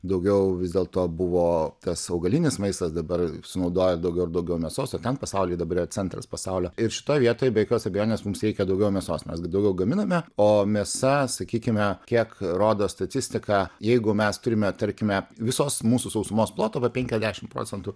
daugiau vis dėlto buvo tas augalinis maistas dabar sunaudoja daugiau ir daugiau mėsos ir ten pasauly dabar yra centras pasaulio ir šitoj vietoj be jokios abejonės mums reikia daugiau mėsos mes gi daugiau gaminame o mėsa sakykime kiek rodo statistika jeigu mes turime tarkime visos mūsų sausumos ploto va penkiasdešim procentų